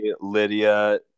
lydia